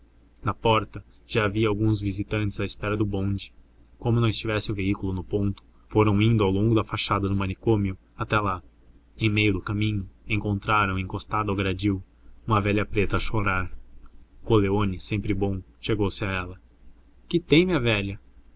na porta já havia alguns visitantes à espera do bonde como não estivesse o veículo no ponto foram indo ao longo da fachada do manicômio até lá em meio do caminho encontraram encostada ao gradil uma velha preta a chorar coleoni sempre bom chegou-se a ela que tem minha velha